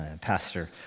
pastor